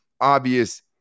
obvious